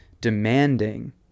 demanding